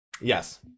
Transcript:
Yes